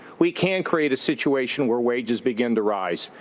we can create a situation where wages begin to rise.